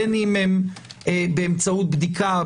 בין אם באמצעות בדיקה,